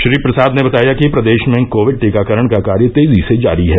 श्री प्रसाद ने बताया कि प्रदेश में कोविड टीकाकरण का कार्य तेजी से जारी है